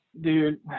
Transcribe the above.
dude